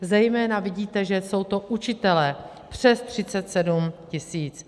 Zejména vidíte, že jsou to učitelé, přes 37 tisíc.